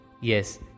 yes